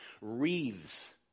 wreaths